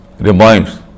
reminds